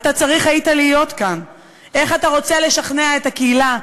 אתה צריך היית להיות כאן: איך אתה רוצה לשכנע את הקהילה,